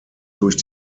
durch